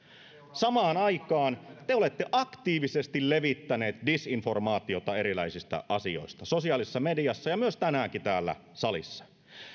samaan aikaan te olette aktiivisesti levittäneet disinformaatiota erilaisista asioista sosiaalisessa mediassa ja myös tänään täällä salissa